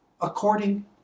according